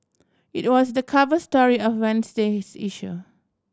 it was the cover story of Wednesday's issue